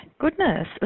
Goodness